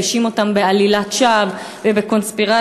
והאשים אותם בעלילת שווא ובקונספירציה.